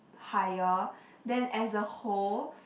higher then as a whole